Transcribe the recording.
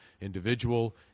individual